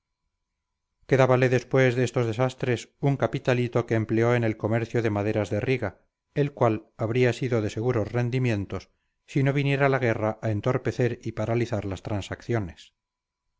quedábale después de estos desastres un capitalito que empleó en el comercio de maderas de riga el cual habría sido de seguros rendimientos si no viniera la guerra a entorpecer y paralizar las transacciones